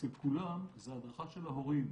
אצל כולם זו הדרכה של ההורים.